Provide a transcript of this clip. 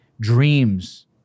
dreams